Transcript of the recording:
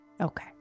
okay